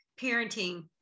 parenting